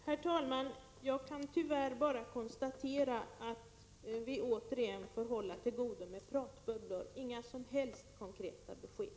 Herr talman! Jag kan tyvärr bara konstatera att man återigen får hålla till godo med pratbubblor — det ges inga som helst konkreta besked.